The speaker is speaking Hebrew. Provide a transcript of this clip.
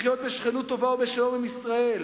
לחיות בשכנות טובה ובשלום עם ישראל